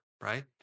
right